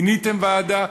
מיניתם ועדה?